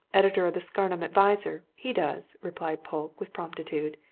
editor of the scarnham advertiser he does, replied polke, with promptitude.